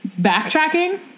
backtracking